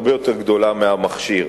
הרבה יותר גדולה מאשר למכשיר,